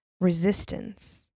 resistance